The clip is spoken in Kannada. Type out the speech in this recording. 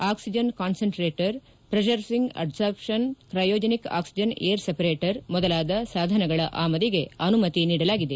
oxygen concentrator pressure swing adsorption cryogenic oxygen air separator ಮೊದಲಾದ ಸಾಧನಗಳ ಆಮದಿಗೆ ಅನುಮತಿ ನೀಡಲಾಗಿದೆ